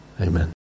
amen